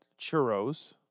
churros